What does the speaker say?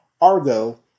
Argo